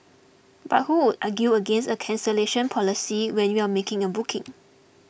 but who would argue against a cancellation policy when you are making a booking